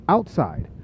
outside